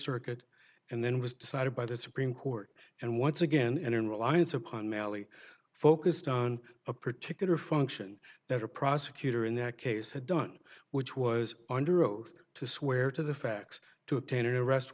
circuit and then was decided by the supreme court and once again and in reliance upon malley focused on a particular function that a prosecutor in their case had done which was under oath to swear to the facts to obtain an arrest